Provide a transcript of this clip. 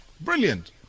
Brilliant